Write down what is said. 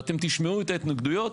ואתם תשמעו את ההתנגדויות.